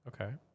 Okay